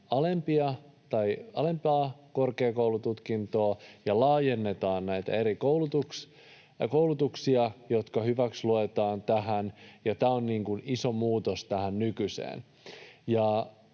alempi korkeakoulututkinto, ja laajennetaan näitä eri koulutuksia, jotka hyväksytään tähän. Tämä on iso muutos tähän nykyiseen.